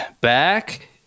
back